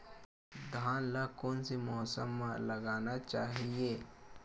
धान ल कोन से मौसम म लगाना चहिए?